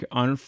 on